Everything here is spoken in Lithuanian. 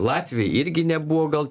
latviai irgi nebuvo gal